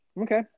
Okay